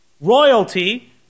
Royalty